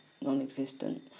non-existent